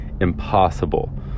impossible